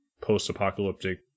post-apocalyptic